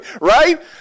right